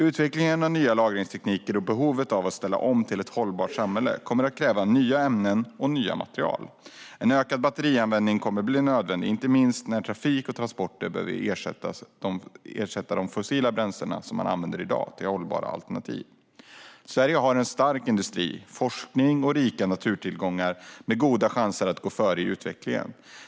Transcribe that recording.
Utvecklingen av nya lagringstekniker och behovet av att ställa om till ett hållbart samhälle kommer att kräva nya ämnen och material. En ökad batterianvändning kommer att bli nödvändig, inte minst när trafik och transporter behöver ersätta de fossila bränslen som används i dag med hållbara alternativ. Sverige har en stark industri, med forskning och rika naturtillgångar som ger goda chanser att gå före i utvecklingen.